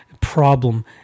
Problem